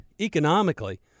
economically